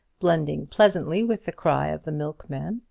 blending pleasantly with the cry of the milkman.